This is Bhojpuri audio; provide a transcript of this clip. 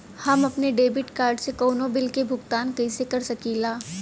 हम अपने डेबिट कार्ड से कउनो बिल के भुगतान कइसे कर सकीला?